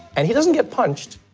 and he doesn't get punched.